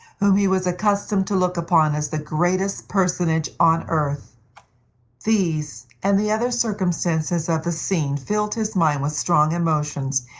whom he was accustomed to look upon as the greatest personage on earth these, and the other circumstances of the scene, filled his mind with strong emotions,